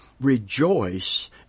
rejoice